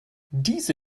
diese